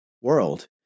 world